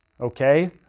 Okay